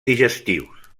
digestius